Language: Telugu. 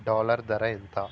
డాలర్ ధర ఎంత